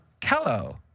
Kello